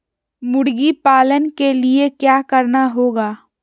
मुर्गी पालन के लिए क्या करना होगा?